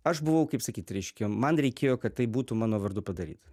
aš buvau kaip sakyt reiškia man reikėjo kad tai būtų mano vardu padaryta